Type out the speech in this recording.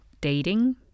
dating